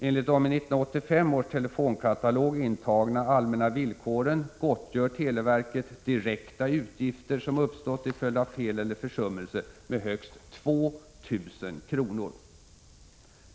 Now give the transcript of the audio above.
Enligt de i 1985 års telefonkatalog intagna allmänna villkoren gottgör televerket direkta utgifter som uppstått till följd av fel eller försummelse med högst 2 000 kr.